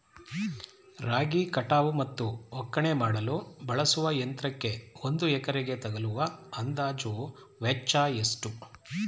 ರಾಗಿ ಕಟಾವು ಮತ್ತು ಒಕ್ಕಣೆ ಮಾಡಲು ಬಳಸುವ ಯಂತ್ರಕ್ಕೆ ಒಂದು ಎಕರೆಗೆ ತಗಲುವ ಅಂದಾಜು ವೆಚ್ಚ ಎಷ್ಟು?